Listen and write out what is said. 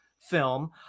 film